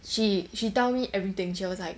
she she tell me everything she was like